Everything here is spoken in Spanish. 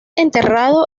enterrado